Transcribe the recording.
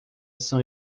são